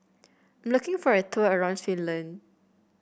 looking for a tour around Finland